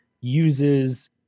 uses